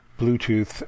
Bluetooth